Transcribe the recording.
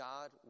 God